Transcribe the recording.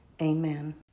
Amen